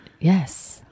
yes